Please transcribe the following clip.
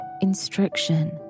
instruction